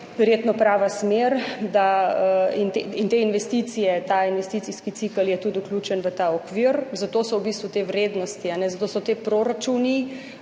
verjetno prava smer, da in te investicije, ta investicijski cikel je tudi vključen v ta okvir, zato so v bistvu te vrednosti, zato so ti proračuni